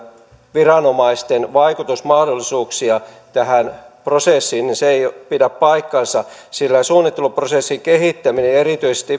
viranomaisten vaikutusmahdollisuuksia tähän prosessiin niin se ei pidä paikkaansa sillä suunnitteluprosessin kehittäminen erityisesti